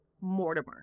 Mortimer